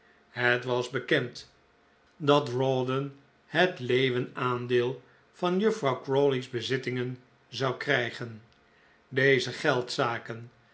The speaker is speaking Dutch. het was bekend dat raw don het leeuwenaandeel van juffrouw crawley's bezittingen zou krijgen deze